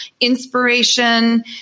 inspiration